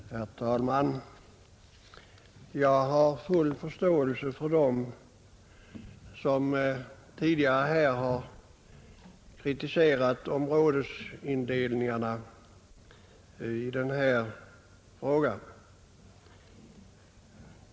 Herr talman! Jag har full förståelse för dem som här har kritiserat den områdesindelning som föreligger.